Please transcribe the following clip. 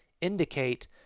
indicate